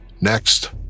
Next